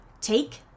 take